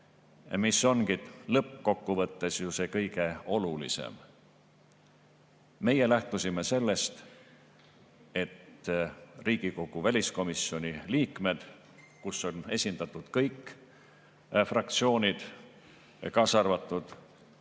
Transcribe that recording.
see ongi lõppkokkuvõttes ju kõige olulisem. Meie lähtusime sellest, et Riigikogu väliskomisjoni liikmed, kus on esindatud kõik fraktsioonid, kaasa arvatud